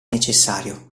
necessario